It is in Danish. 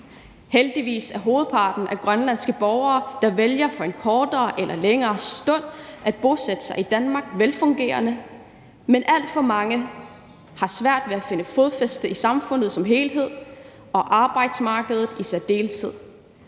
Heldigvis er hovedparten af grønlandske borgere, der for en kortere eller længere stund vælger at bosætte sig i Danmark, velfungerende. Men alt for mange har svært ved at finde fodfæste i samfundet som helhed og på arbejdsmarkedet i særdeleshed,